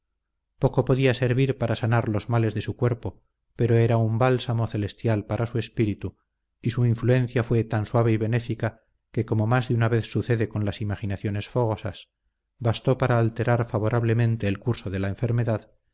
poco podía servir para sanar los males de su cuerpo pero era un bálsamo celestial para su espíritu y su influencia fue tan suave y benéfica que como más de una vez sucede con las imaginaciones fogosas bastó para alterar favorablemente el curso de la enfermedad